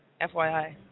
FYI